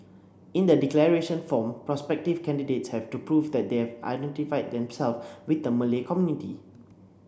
in the declaration form prospective candidates have to prove that they have identified themselves with the Malay community